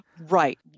Right